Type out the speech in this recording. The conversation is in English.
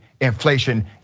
inflation